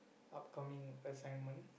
upcoming assignment